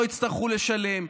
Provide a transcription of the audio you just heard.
לא יצטרכו לשלם,